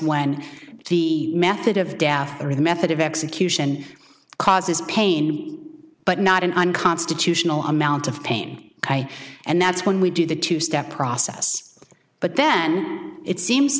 when the method of death or the method of execution causes pain but not an unconstitutional amount of pain and that's when we do the two step process but then it seems